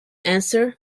answer